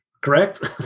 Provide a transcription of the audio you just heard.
correct